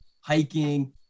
hiking